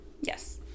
Yes